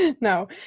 No